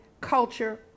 Culture